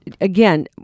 Again